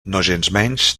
nogensmenys